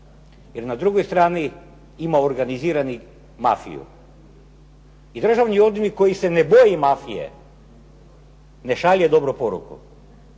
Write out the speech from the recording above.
jer na drugoj strani ima organizirani mafiju." I državni odvjetnik koji se ne boji mafije, ne šalje dobru poruku,